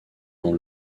dans